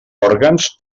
òrgans